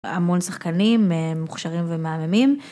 המון שחקנים, מוכשרים ומהממים.